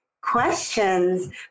questions